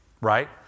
right